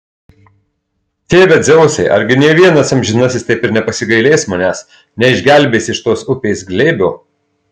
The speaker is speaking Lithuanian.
tėve dzeusai argi nė vienas amžinasis taip ir nepasigailės manęs neišgelbės iš tos upės glėbio